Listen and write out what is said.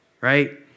right